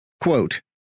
quote